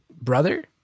brother